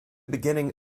beginning